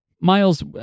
miles